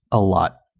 a lot.